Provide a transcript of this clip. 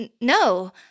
No